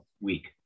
week